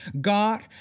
God